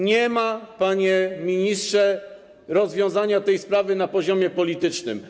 nie ma, panie ministrze, rozwiązania tej sprawy na poziomie politycznym.